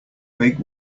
big